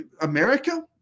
America